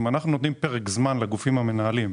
אם אנחנו נותנים פרק זמן לגופים המנהלים,